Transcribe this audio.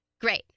great